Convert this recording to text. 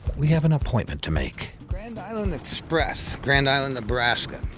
we have an appointment to make. grand island express, grand island, nebraska.